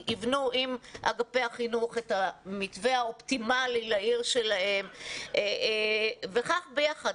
יבנו עם אגפי החינוך את המתווה האופטימלי לעיר שלהם וכך זה נעשה ביחד.